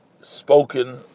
spoken